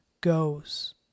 goes